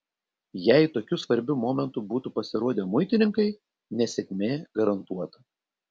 jei tokiu svarbiu momentu būtų pasirodę muitininkai nesėkmė garantuota